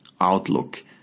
outlook